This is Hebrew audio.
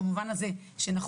במובן הזה שנכון,